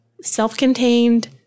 self-contained